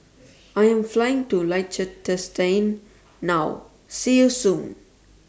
I Am Flying to Liechtenstein now See YOU Soon